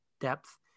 depth